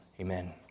Amen